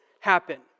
happen